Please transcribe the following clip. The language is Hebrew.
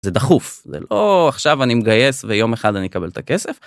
זה דחוף זה לא עכשיו אני מגייס ויום אחד אני אקבל את הכסף.